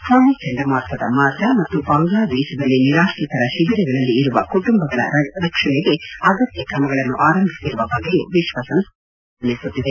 ಫೋನಿ ಚಂಡಮಾರುತದ ಮಾರ್ಗ ಮತ್ತು ಬಾಂಗ್ಲಾದೇಶದಲ್ಲಿ ನಿರಾತ್ರಿತರ ಶಿಬಿರಗಳಲ್ಲಿ ಇರುವ ಕುಟುಂಬಗಳ ರಕ್ಷಣೆಗೆ ಅಗತ್ಯ ಕ್ರಮಗಳನ್ನು ಆರಂಭಿಸಿರುವ ಬಗ್ಗೆಯೂ ವಿಶ್ವಸಂಸ್ಟೆ ನಿಕಟವಾಗಿ ಗಮನಿಸುತ್ತಿದೆ